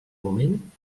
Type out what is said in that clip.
moment